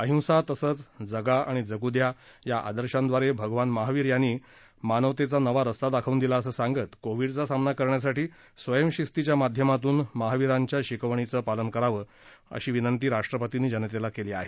अहिसा तसंच जगा आणि जगु द्या या आदर्शांद्वारे भगवान महावीर यांनी मानवतेचा नवा रस्ता दाखवून दिला असं सांगत कोविडचा सामना करण्यासाठी स्वयंशिस्तीच्या माध्यमातून महावीरांच्या शिकवणीचं पालन करावं अशी विनंती राष्ट्रपतींनी जनतेला केली आहे